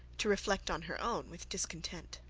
to reflect on her own with discontent.